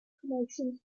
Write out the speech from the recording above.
promotions